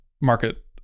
market